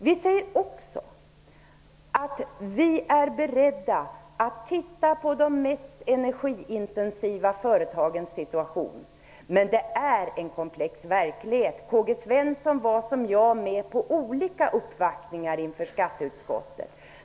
Vi är också beredda att titta på de mest energiintensiva företagens situation. Men det är en komplex verklighet. K-G Svenson var som jag med på olika uppvaktningar inför skatteutskottet.